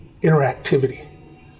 interactivity